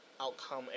outcome